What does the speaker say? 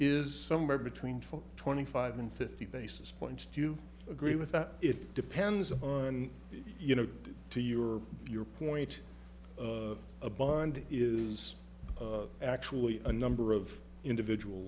is somewhere between twenty five and fifty basis points do you agree with that it depends on you know to your your point a bond is actually a number of individual